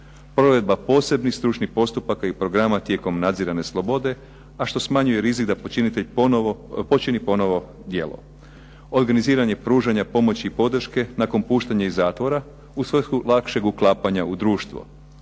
Provedba posebnih stručnih postupaka i programa tijekom nadzirane slobode, a što smanjuje rizik da počinitelj ponovno počini djelo. Organiziranje pružanja pomoći i podrške nakon puštanja iz zatvora u svrhu lakšeg uklapanja u društvo.